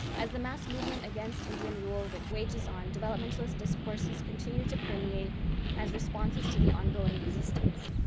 as the mass movement against indian rule with wages on, developmentalist discourses continue to permeate as responses to the ongoing resistance.